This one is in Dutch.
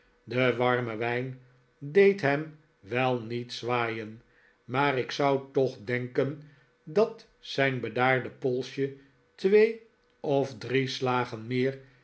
de warme wijn deed hem wel niet zwaaien maar ik zou toch denken dat zijn bedaarde polsje twee of drie slagen meer